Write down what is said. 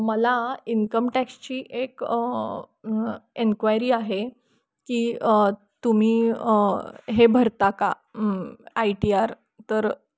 मला इन्कम टॅक्सची एक एन्क्वायरी आहे की तुम्ही हे भरता का आय टी आर तर